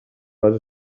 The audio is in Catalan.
base